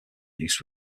use